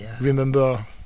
remember